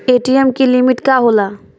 ATM की limit का होला?